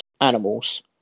animals